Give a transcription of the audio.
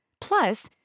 Plus